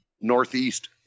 northeast